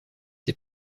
ses